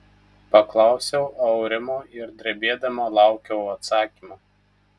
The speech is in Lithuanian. paklausiau aurimo ir drebėdama laukiau atsakymo